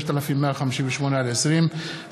פ/3158/20,